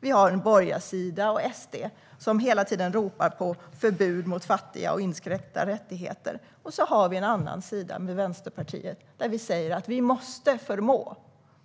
Vi har en borgarsida och SD, som hela tiden ropar på förbud mot fattiga och inskränkta rättigheter, och så har vi en annan sida med Vänsterpartiet, som säger att vi måste förmå